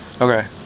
okay